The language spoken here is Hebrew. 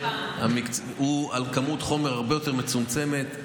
על כמות חומר הרבה יותר מצומצמת,